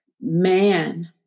man